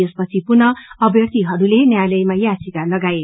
यसपछि पुनः अभ्यर्थीहरूले न्यायालयामा याचिका लागाए